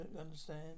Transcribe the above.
understand